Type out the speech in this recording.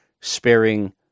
sparing